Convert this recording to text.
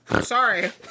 Sorry